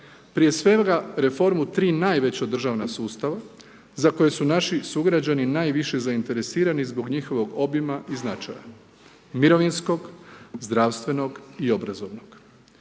Prije svega reformu tri najveća državna sustava, za koje su naši sugrađani, najviše zainteresirani, zbog njihovog obima i značaja. Mirovinskog, zdravstvenog i obrazovnog.